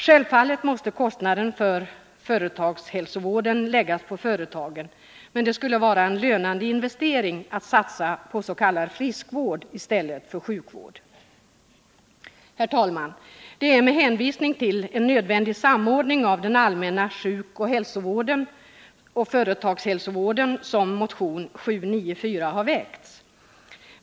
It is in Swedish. Självfallet måste kostnaderna för företagshälsovården läggas på företagen. Men det skulle vara en lönande investering att satsa på s.k. friskvård i stället för att satsa på sjukvård. Herr talman! Vi har väckt motion 794 med hänvisning till det faktum att en samordning av den allmänna sjukoch hälsovården samt företagshälsovården är nödvändig.